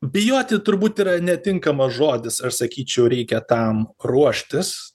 bijoti turbūt yra netinkamas žodis aš sakyčiau reikia tam ruoštis